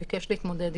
מבקש להתמודד איתה.